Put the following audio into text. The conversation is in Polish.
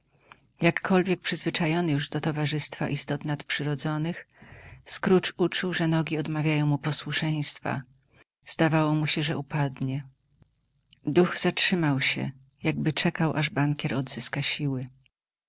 jakkolwiek przyzwyczajony już do towarzystwo istot nadprzyrodzonych scrooge uczuł że nogi odmawiają mu posłuszeństwa zdawało mu się że upadnie duch zatrzymał się jakby czekał aż bankier odzyska siły